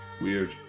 Weird